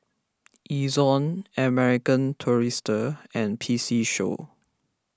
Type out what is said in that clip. Ezion American Tourister and P C Show